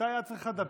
ממתי את צריכה דפים?